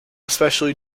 especially